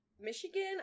Michigan